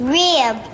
rib